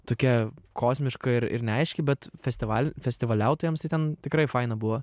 tokia kosmiška ir ir neaiški bet festival festivaliautojams tai ten tikrai faina buvo